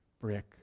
brick